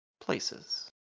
places